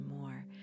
more